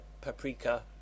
Paprika